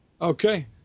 Okay